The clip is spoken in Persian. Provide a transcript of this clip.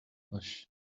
باش